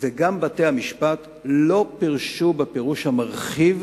וגם בתי-המשפט לא פירשו בפירוש המרחיב,